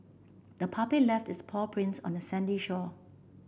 the puppy left its paw prints on the sandy shore